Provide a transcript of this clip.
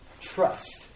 trust